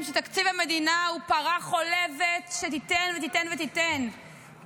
שתקציב המדינה הוא פרה חולבת שתיתן ותיתן ותיתן,